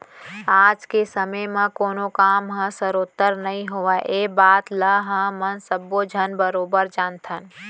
आज के समे म कोनों काम ह सरोत्तर नइ होवय ए बात ल हमन सब्बो झन बरोबर जानथन